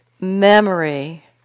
memory